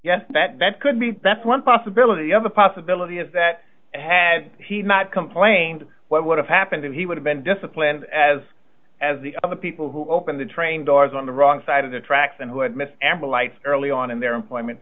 yes that that could be that's one possibility of a possibility is that had he not complained what would have happened that he would have been disciplined as as the other people who open the train doors on the wrong side of the tracks and who had missed ample lights early on in their employment